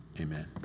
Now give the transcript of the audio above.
amen